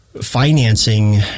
financing